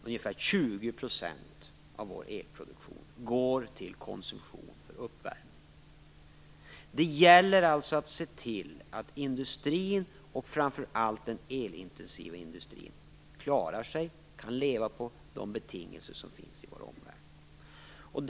Ungefär 20 % av vår elproduktion går till konsumtion för uppvärmning. Det gäller alltså att se till att industrin, och framför allt den elintensiva, klarar sig och kan leva på de betingelser som finns i vår omvärld.